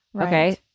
Okay